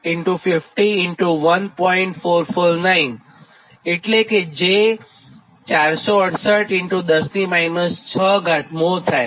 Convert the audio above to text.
449 એટલે કે j 468 10 6 mho થાય